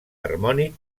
harmònic